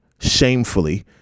shamefully